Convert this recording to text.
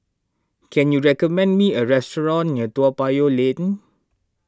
can you recommend me a restaurant near Toa Payoh Lane